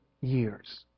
years